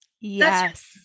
Yes